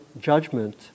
judgment